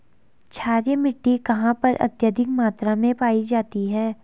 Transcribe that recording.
क्षारीय मिट्टी कहां पर अत्यधिक मात्रा में पाई जाती है?